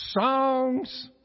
songs